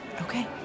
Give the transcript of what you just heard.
Okay